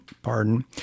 Pardon